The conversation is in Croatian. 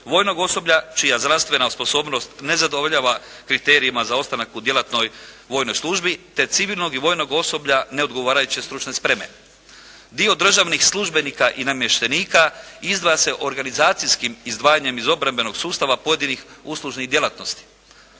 vojnog osoblja čija zdravstvena sposobnost ne zadovoljava kriterijima za ostanak u djelatnoj vojnoj službi. Te civilnog i vojnog osoblja neodgovarajuće stručne spreme. Dio državnih službenika i namještenika izdvaja se organizacijskim izdvajanjem iz obrambenog sustava pojedinih uslužnih djelatnosti.